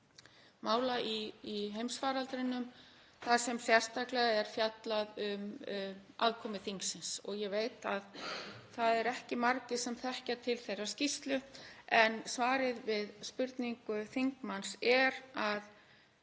mála í heimsfaraldrinum þar sem sérstaklega er fjallað um aðkomu þingsins. Ég veit að það eru ekki margir sem þekkja til þeirrar skýrslu. En svarið við spurningu þingmannsins